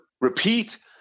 repeat